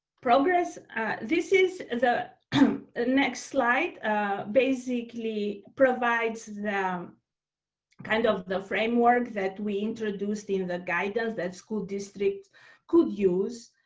progress this is the ah next slide basically provides the kind of the framework that we introduced in the guidance that school districts could use.